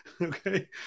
okay